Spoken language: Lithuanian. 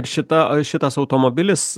šita šitas automobilis